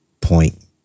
point